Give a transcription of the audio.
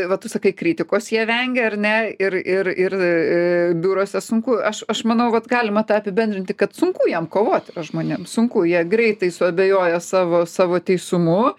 va tu sakai kritikos jie vengia ar ne ir ir ir biuruose sunku aš aš manau vat galima tą apibendrinti kad sunku jiem kovoti yra žmonėm sunku jie greitai suabejoja savo savo teisumu